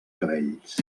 cabells